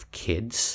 kids